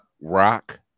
Rock